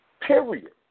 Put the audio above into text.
period